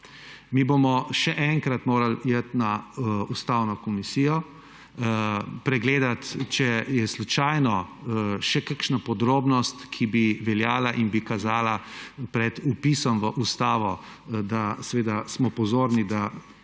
Mi bomo še enkrat morali iti na Ustavno komisijo pregledat, če je slučajno še kakšna podrobnost, ki bi veljala in bi kazala pred vpisom v ustavo, da smo pozorni,